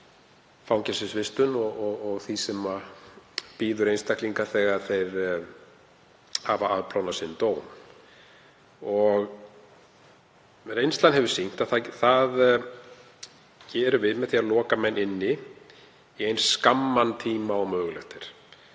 fangelsisvistun og því sem bíður einstaklinga þegar þeir hafa afplánað dóm sinn. Reynslan hefur sýnt að það gerum við með því að loka menn inni í eins skamman tíma og mögulegt er.